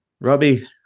Robbie